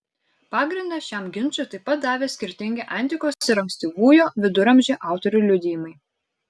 pagrindą šiam ginčui taip pat davė skirtingi antikos ir ankstyvųjų viduramžių autorių liudijimai